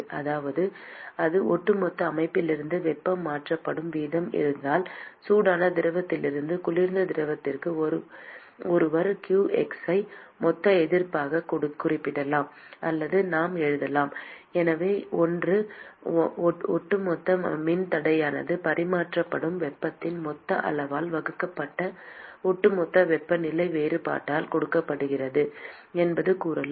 ஆக இது ஒட்டுமொத்த அமைப்பிலிருந்து வெப்பம் மாற்றப்படும் வீதமாக இருந்தால் சூடான திரவத்திலிருந்து குளிர்ந்த திரவத்திற்கு ஒருவர் qxஐ மொத்த எதிர்ப்பாகக் குறிப்பிடலாம் அல்லது நாம் எழுதலாம் எனவே ஒன்று ஒட்டுமொத்த மின்தடையானது பரிமாற்றப்படும் வெப்பத்தின் மொத்த அளவால் வகுக்கப்பட்ட ஒட்டுமொத்த வெப்பநிலை வேறுபாட்டால் கொடுக்கப்படுகிறது என்று கூறலாம்